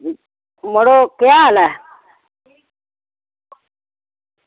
मड़ो केह् हाल ऐ